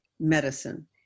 medicine